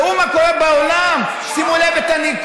ראו מה קורה בעולם, שימו לב לניכור.